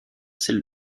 celle